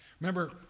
Remember